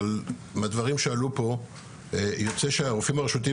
אבל מהדברים שעלו פה יוצא שהרופאים הרשותיים